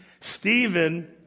Stephen